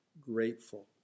grateful